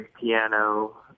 piano